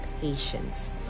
patience